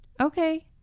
Okay